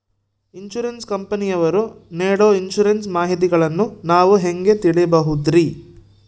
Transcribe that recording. Insurance ಕಂಪನಿಯವರು ನೇಡೊ insurance ಮಾಹಿತಿಗಳನ್ನು ನಾವು ಹೆಂಗ ತಿಳಿಬಹುದ್ರಿ?